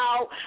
out